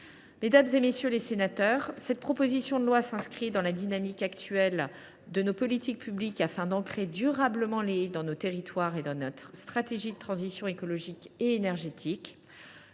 Mesdames, messieurs les sénateurs, cette proposition de loi s’inscrit dans la dynamique actuelle de nos politiques publiques afin d’ancrer durablement les haies dans nos territoires et de les intégrer à notre stratégie de transition écologique et énergétique.